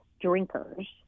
drinkers